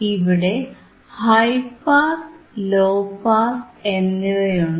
ഇവിടെ high pass low pass എന്നിവയുണ്ട്